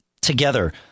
together